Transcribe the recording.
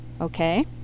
okay